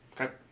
Okay